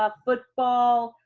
ah football,